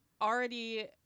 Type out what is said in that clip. already